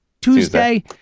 Tuesday